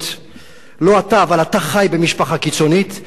לא אתה, אבל אתה חי במשפחה קיצונית,